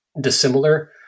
dissimilar